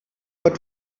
but